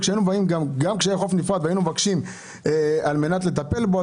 כשהיינו באים גם כשהיה חוף נפרד - והיינו מבקשים לטפל בו,